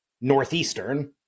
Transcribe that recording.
northeastern